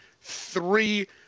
three